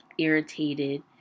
Irritated